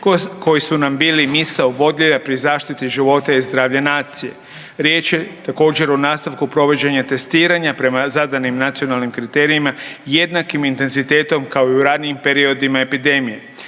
koji su nam bili misao vodilja pri zaštiti života i zdravlja nacije. Riječ je također o nastavku provođenja testiranja prema zadanim nacionalnim kriterijima, jednakim intenzitetom kao i u ranijim periodima epidemije,